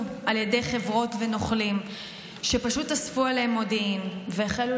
על ידי חברות ונוכלים שפשוט אספו עליהם מודיעין והחלו